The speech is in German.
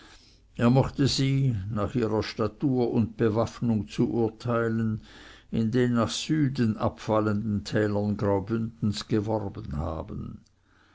er mochte sie nach ihrer statur und bewaffnung zu urteilen in den nach süden abfallenden tälern graubündens geworben haben